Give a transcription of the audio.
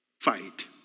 fight